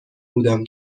بودم